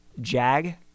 Jag